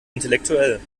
intellektuell